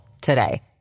today